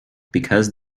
because